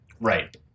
Right